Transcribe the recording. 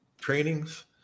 trainings